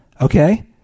okay